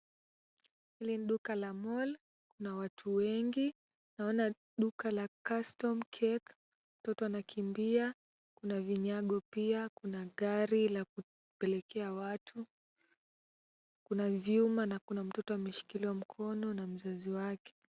Hili ni duka la mall , kuna watu wengi, naona duka la custom cake , mtoto anakimbia. Kuna vinyago pia, kuna gari la kupelekea watu. Kuna vyuma na kuna mtoto ameshikiliwa mkono na mzazi wake.